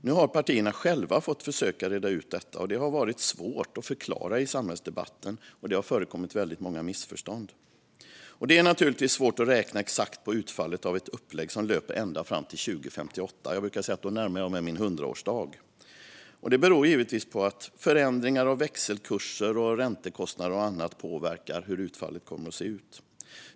Nu har partierna själva fått försöka reda ut detta, och det har varit svårt att förklara paketet i samhällsdebatten - med många missförstånd. Det är naturligtvis svårt att räkna exakt på utfallet av ett upplägg som löper ända fram till 2058. Jag brukar säga att jag då närmar mig min hundraårsdag. Det beror givetvis på att förändringar av växelkurser, räntekostnader och så vidare påverkar hur utfallet kommer att se ut.